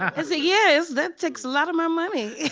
yeah that's a yes, that takes a lot of my money.